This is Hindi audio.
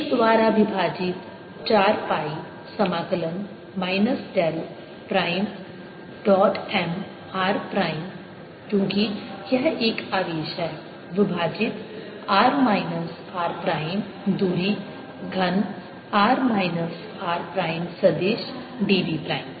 एक द्वारा विभाजित 4 पाई समाकलन minus del prime dot M r prime क्योंकि यह एक आवेश है विभाजित r माइनस r प्राइम दूरी घन r माइनस r प्राइम सदिश dv प्राइम